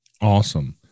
Awesome